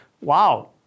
wow